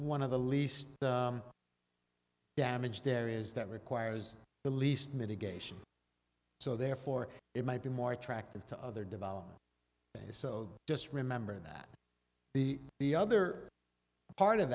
one of the least damage there is that requires the least mitigation so therefore it might be more attractive to other development so just remember that the the other part of